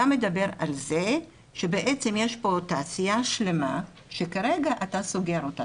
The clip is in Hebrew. אתה מדבר על זה שבעצם יש פה תעשייה שלמה שכרגע אתה סוגר אותה,